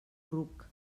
ruc